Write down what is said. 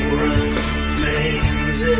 remains